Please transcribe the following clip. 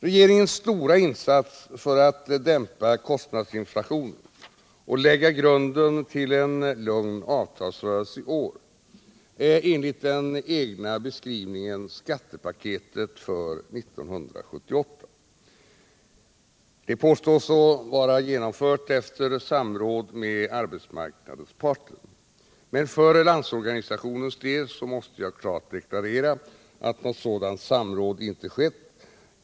Regeringens stora insats för att dämpa kostnadsinflationen och lägga grunden för en lugn avtalsrörelse i år är enligt den egna beskrivningen skattepaketet för 1978. Det påstås vara genomfört efter samråd med arbetsmarknadens parter. För Landsorganisationens del måste jag klart deklarera att något sådant samråd inte har skett.